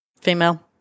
Female